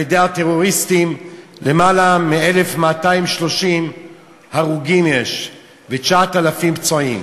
על-ידי הטרוריסטים למעלה מ-1,230 אנשים ו-9,000 נפצעו.